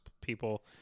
people